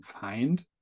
find